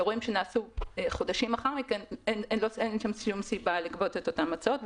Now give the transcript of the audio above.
באירועים שנעשו חודשים לאחר מכן אין שום סיבה לגבות את אותן הוצאות.